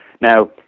now